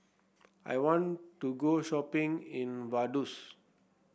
I want to go shopping in Vaduz